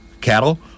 cattle